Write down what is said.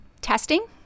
testing